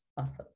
Awesome